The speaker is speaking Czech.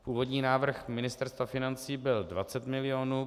Původní návrh Ministerstva financí byl 20 milionů.